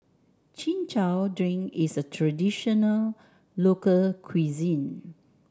Chin Chow Drink is a traditional local cuisine